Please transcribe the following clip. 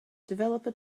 developer